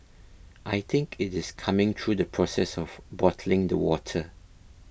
I think it is coming through the process of bottling the water